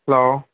hello